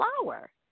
flower